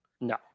no